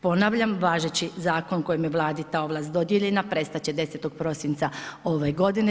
Ponavljam, važeći zakon kojem je Vladi ta ovlast dodijeljena prestat će 10. prosinca ove godine.